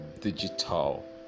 digital